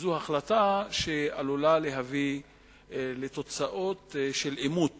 וזו החלטה שעלולה להביא לתוצאות של עימות